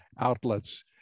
outlets